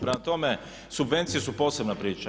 Prema tome, subvencije su posebna priča.